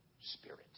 spirit